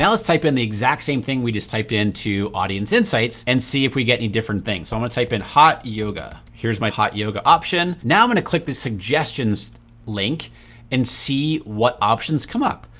yeah let's type in the exact same thing we just typed into audience insights and see if we get any different things. so, i'm gonna type in hot yoga. here's my hot yoga option. now i'm gonna click the suggestions link and see what options come up.